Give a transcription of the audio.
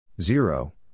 Zero